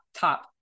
top